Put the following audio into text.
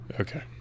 Okay